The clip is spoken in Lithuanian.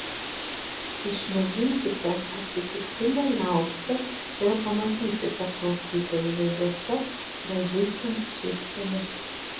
išmėginkite atsitiktinę liaupsę ir pamatysite klausytojų veiduose pražystant šypseną